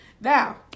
Now